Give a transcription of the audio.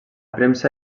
premsa